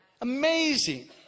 Amazing